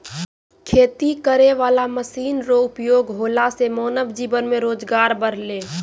खेती करै वाला मशीन रो उपयोग होला से मानब जीवन मे रोजगार बड़लै